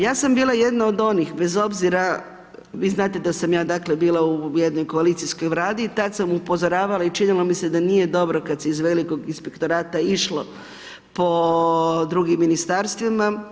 Ja sam bila jedna od onih, bez obzira, vi znate da sam ja dakle, bila u jednoj koalicijskoj … i tada sam upozoravala i činilo mi se da nije dobro kada se iz velikog inspektorata išlo po drugim ministarstvima.